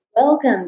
Welcome